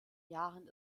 jahren